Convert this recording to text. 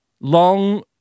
long